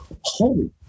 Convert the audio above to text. holy